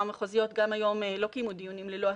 המחוזיות גם היום לא קיימו דיונים ללא הסכמה.